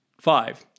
Five